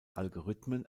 algorithmen